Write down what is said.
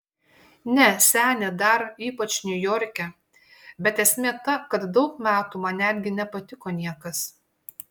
ne senė dar ypač niujorke bet esmė ta kad daug metų man netgi nepatiko niekas